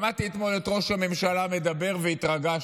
שמעתי אתמול את ראש הממשלה מדבר והתרגשתי: